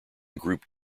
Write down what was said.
group